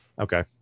Okay